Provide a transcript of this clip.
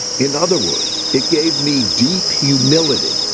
in other words, it gave me deep humility,